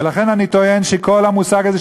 ולכן אני טוען שכל המושג הזה,